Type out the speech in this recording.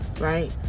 right